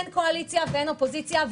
הן קואליציה והן אופוזיציה.